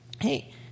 Hey